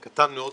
קטן מאוד לחרדיות,